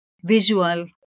visual